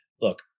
look